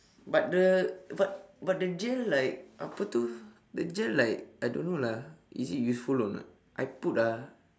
but the but but the gel like apa itu the gel like I don't know lah is it useful or not I put ah